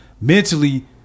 Mentally